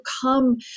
come